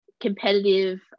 competitive